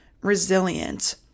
resilient